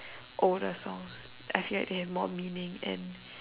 older songs I feel like they have more meaning and